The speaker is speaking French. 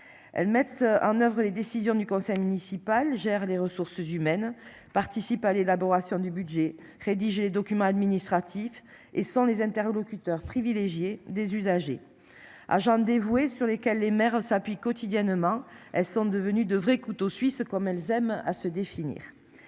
Elles mettent en oeuvre les décisions du conseil municipal gère les ressources humaines, participe à l'élaboration du budget rédiger les documents administratifs et sont les interlocuteurs privilégiés des usagers agent dévoué sur lesquels les mères, elles s'appuient quotidiennement. Elles sont devenues de vrais couteaux suisses comme elle aime à se définir.